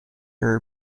her